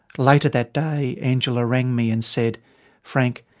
later that day angela rang me and said frank,